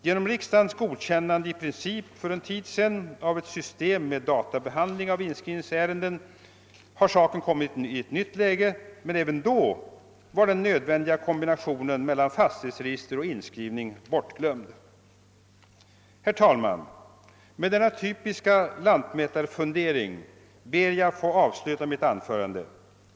Genom riksdagens godkännande i princip för en tid sedan av ett system med databehandling av inskrivningsärenden har saken kommit i ett nytt läge, men även då var den nödvändiga kombinationen mellan fastighetsregister och inskrivning bortglömd. Herr talman! Med denna typiska lantmätarfundering skall jag avsluta mitt anförande.